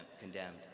condemned